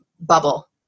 bubble